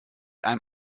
einem